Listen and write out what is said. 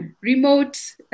remote